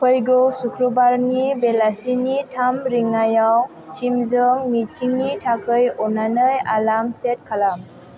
फैगौ सुक्रबारनि बेलासिनि थाम रिंगायाव टिमजों मिटिंनि थाखाय अन्नानै एलार्म सेट खालाम